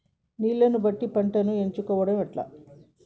నీళ్లని బట్టి పంటను ఎంచుకోవడం ఎట్లా?